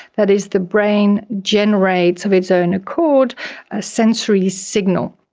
that is the brain generates of its own accord a sensory signal.